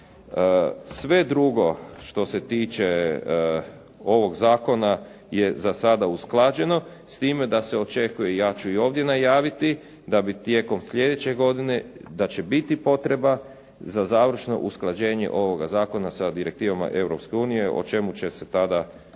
Sve drugo što se tiče ovog zakona je za sada usklađeno, s time da se očekuje i ja ću i ovdje najaviti da bi tijekom sljedeće godine, da će biti potrebna za završno usklađenje ovoga zakona sa direktivama Europske unije o čemu će se tada moći